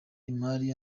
imari